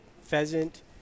pheasant